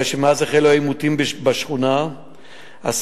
הרי שמאז החלו העימותים בשכונה אסרה